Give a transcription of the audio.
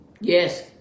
Yes